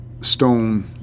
stone